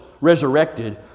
resurrected